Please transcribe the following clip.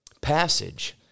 passage